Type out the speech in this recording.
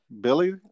Billy